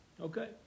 Okay